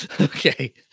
Okay